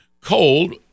cold